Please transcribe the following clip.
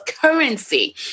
currency